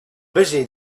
busy